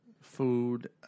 Food